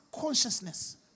consciousness